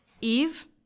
Eve